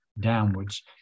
downwards